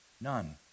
none